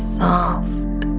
soft